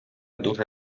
дуже